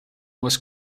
was